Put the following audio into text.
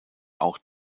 auch